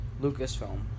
Lucasfilm